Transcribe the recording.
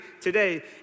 today